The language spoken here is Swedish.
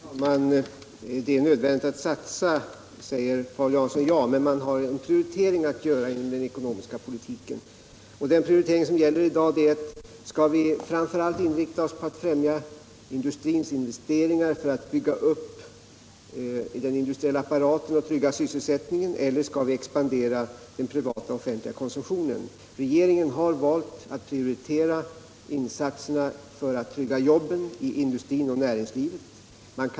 Herr talman! Det är nödvändigt att satsa, säger Paul Jansson. Ja, men vi har en prioritering att göra inom den ekonomiska politiken. I dag gäller det: Skall vi framför allt inrikta oss på att främja industrins investeringar för att bygga upp den industriella apparaten och trygga sysselsättningen, eller skall vi expandera den privata och offentliga konsumtionen? Regeringen har valt att prioritera insatserna för att trygga jobben i industrin och näringslivet.